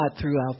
throughout